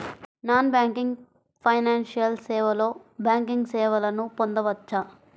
Non banking financial సేవలో banking సేవలను పొందవచ్చా?